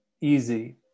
easy